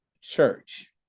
church